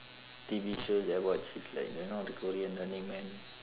T_V shows that I watch is like you know the korean running man